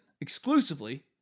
exclusively